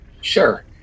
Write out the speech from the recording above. Sure